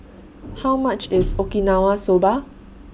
How much IS Okinawa Soba